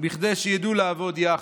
כדי שידעו לעבוד יחד.